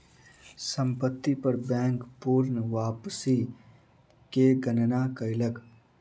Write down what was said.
संपत्ति पर बैंक पूर्ण वापसी के गणना कयलक